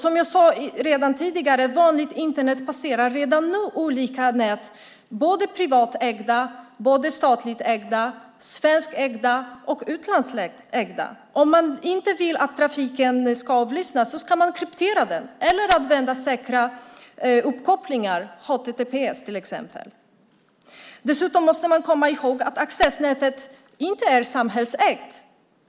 Som jag sade tidigare passerar vanligt Internet redan nu olika nät, både privatägda och statligt ägda, svenskägda och utlandsägda. Om man inte vill att trafiken ska avlyssnas ska man kryptera den eller använda säkra uppkopplingar, https till exempel. Dessutom måste man komma ihåg att accessnätet inte är samhällsägt.